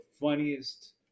funniest